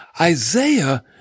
Isaiah